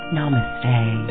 Namaste